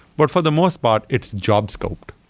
but for the most part, it's job-scoped.